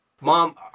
mom